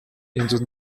inzu